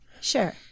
sure